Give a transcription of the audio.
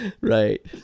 right